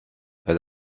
elle